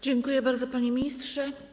Dziękuję bardzo, panie ministrze.